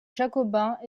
jacobins